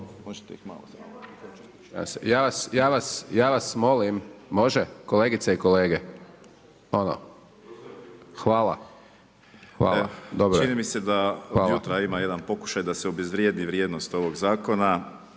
Hajdaš-Dončić: Ja vas molim, može? Kolegice i kolege. Hvala. Dobro je./... Čini mi se da od jutra ima jedan pokušaj da se obezvrijedi vrijednost ovog Zakona,